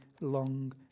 long